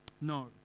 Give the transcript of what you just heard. No